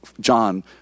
John